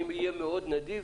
אני אהיה מאוד נדיב